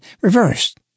reversed